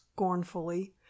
scornfully